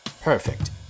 Perfect